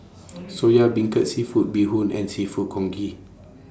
Soya Beancurd Seafood Bee Hoon and Seafood Congee